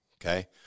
okay